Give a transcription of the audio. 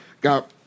Got